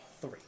three